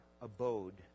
abode